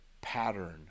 pattern